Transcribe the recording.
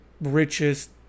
richest